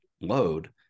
load